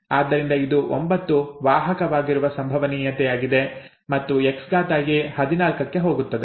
ಆದ್ದರಿಂದ ಇದು 9 ವಾಹಕವಾಗಿರುವ ಸಂಭವನೀಯತೆಯಾಗಿದೆ ಮತ್ತು Xa 14 ಕ್ಕೆ ಹೋಗುತ್ತದೆ